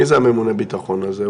מי זה ממונה הבטחון הזה?